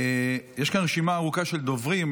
יש כאן רשימה ארוכה של דוברים,